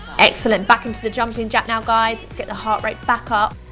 excellent back into the jumping jack now guys. let's get the heart rate back up.